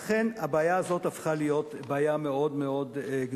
לכן הבעיה הזאת הפכה להיות בעיה מאוד גדולה.